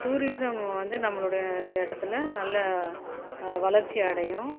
tourism வந்து நம்மளோடய இடத்துல நல்ல வளர்ச்சி அடையும்